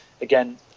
again